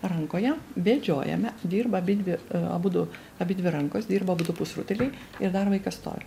rankoje vedžiojame dirba abidvi abudu abidvi rankos dirba abudu pusrutuliai ir dar vaikas stovi